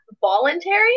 voluntary